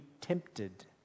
tempted